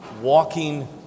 walking